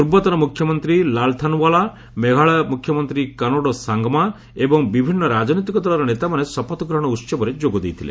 ପୂର୍ବତନ ମୁଖ୍ୟମନ୍ତ୍ରୀ ଲାଲ୍ଥାନୱାଲା ମେଘାଳୟ ମୁଖ୍ୟମନ୍ତ୍ରୀ କୋନାଡୋ ସାଙ୍ଗମା ଏବଂ ବିଭିନ୍ନ ରାଜନୈତିକ ଦଳର ନେତାମାନେ ଶପଥ ଗ୍ରହଣ ଉସବରେ ଯୋଗଦେଇଥିଲେ